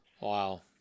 Wow